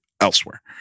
elsewhere